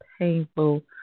painful